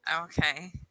Okay